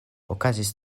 okazis